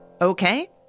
Okay